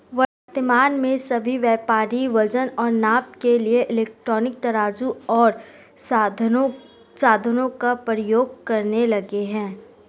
वर्तमान में सभी व्यापारी वजन और माप के लिए इलेक्ट्रॉनिक तराजू ओर साधनों का प्रयोग करने लगे हैं